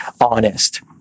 honest